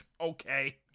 Okay